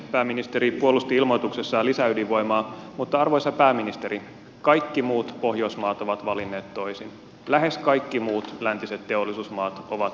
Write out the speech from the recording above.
pääministeri puolusti ilmoituksessaan lisäydinvoimaa mutta arvoisa pääministeri kaikki muut pohjoismaat ovat valinneet toisin lähes kaikki muut läntiset teollisuusmaat ovat valinneet toisin